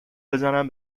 بزنن